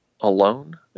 alone